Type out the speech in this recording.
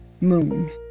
Moon